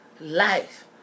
life